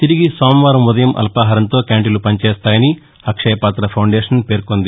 తిరిగి సోమవారం ఉదయం అల్పాహారంతో క్యాంటీన్లు పనిచేస్తాయని అక్షయపాత ఫౌండేషన్ పేర్కొంది